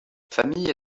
famille